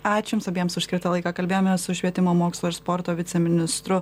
ačiū jums abiems už skirtą laiką kalbėjomės su švietimo mokslo ir sporto viceministru